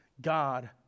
God